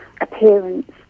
appearance